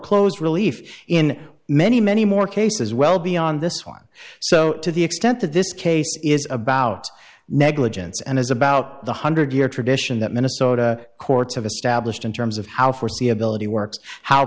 close relief in many many more cases well beyond this one so to the extent that this case is about negligence and is about the hundred year tradition that minnesota courts have established in terms of how foreseeability works how